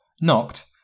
knocked